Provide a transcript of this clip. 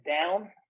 down